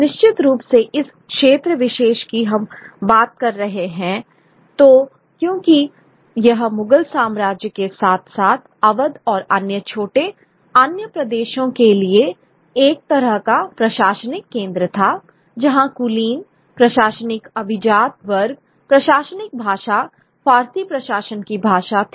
निश्चित रूप से इस क्षेत्र विशेष की हम बात करें तो क्योंकि यह मुगल साम्राज्य के साथ साथ अवध और अन्य छोटे अन्य प्रदेशों के लिए एक तरह का प्रशासनिक केंद्र था जहां कुलीन प्रशासनिक अभिजात वर्ग प्रशासनिक भाषा फारसी प्रशासन की भाषा थी